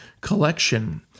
collection